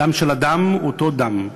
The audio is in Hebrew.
הדם של אדם הוא אותו דם,